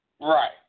Right